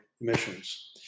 emissions